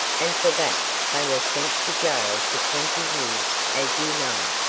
and for that they were sent to jail for twenty years as you know.